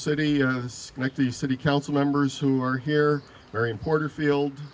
city the city council members who are here very important field